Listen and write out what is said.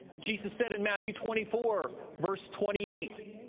jesus said in matthew twenty four, verse twenty eight,